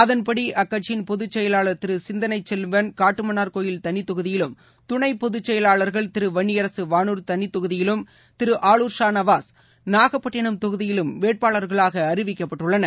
அதன்படிஅக்கட்சியின் பொதுச் செயலாளர் திருசிந்தனைசெல்லவன் காட்டுமன்னார் கோயில் தளிதொகுதியிலும் துணைபொதுச் செயலாளர்கள் திருவன்னியரகவானூா் தளித் தொகுதியிலும் திருஆளர் ஷா நவாஸ் நாகப்பட்டினம் தொகுதியிலும் வேட்பாளர்களாகஅறிவிக்கப்பட்டுள்ளனர்